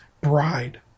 bride